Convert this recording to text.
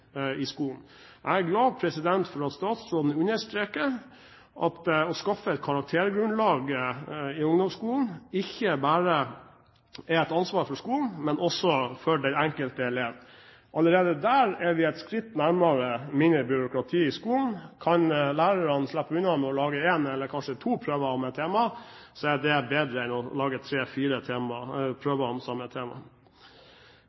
i skolen. Jeg er glad for at statsråden understreker at det å skaffe et karaktergrunnlag i ungdomsskolen ikke bare er et ansvar for skolen, men også for den enkelte elev. Allerede der er vi et skritt nærmere mindre byråkrati i skolen. Kan lærerne slippe unna med å lage en eller kanskje to prøver om et tema, er det bedre enn å lage tre–fire prøver om samme tema.